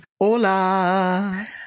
Hola